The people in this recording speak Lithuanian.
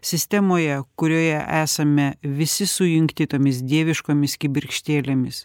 sistemoje kurioje esame visi sujungti tomis dieviškomis kibirkštėlėmis